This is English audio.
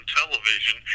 television